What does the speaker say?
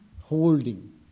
holding